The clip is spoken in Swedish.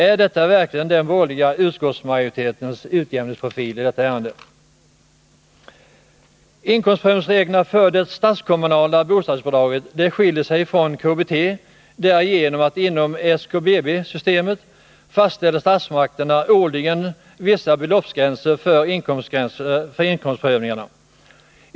Är detta verkligen den borgerliga utskottsmajoritetens utjämningsprofil i detta ärende? Inkomstprövningsreglerna för det statskommunala bostadsbidraget skiljer sig från reglerna för KBT därigenom att inom SKBB-systemet fastställer statsmakterna årligen vissa beloppsgränser för inkomstprövningarna.